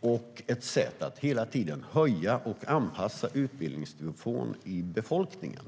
och som ett sätt att hela tiden höja och anpassa utbildningsnivån i befolkningen.